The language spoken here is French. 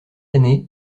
année